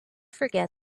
forget